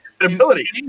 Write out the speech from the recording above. ability